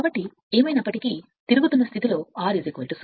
కాబట్టి ఏమైనప్పటికీ R 0తిరుగుతున్న స్థితిలో